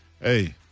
Hey